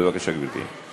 בבקשה, גברתי.